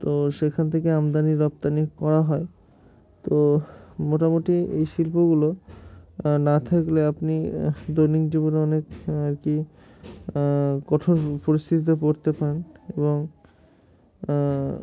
তো সেখান থেকে আমদানি রপ্তানি করা হয় তো মোটামুটি এই শিল্পগুলো না থাকলে আপনি দৈনিক জীবনে অনেক আর কি কঠোর পরিস্থিতিতে পড়তে পারেন এবং